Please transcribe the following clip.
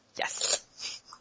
Yes